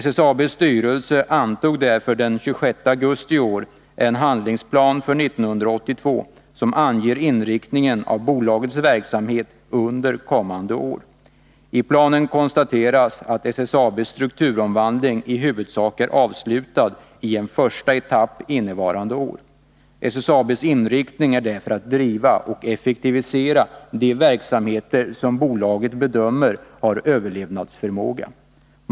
SSAB:s styrelse antog därför den 26 augusti i år en handlingsplan för 1982 som anger inriktningen av bolagets verksamhet under kommande år. I planen konstateras att SSAB:s strukturomvandling i huvudsak är avslutad i en första etapp innevarande år. SSAB:s inriktning är därför att driva och effektivisera de verksamheter som bolaget bedömer ha överlevnadsförmåga.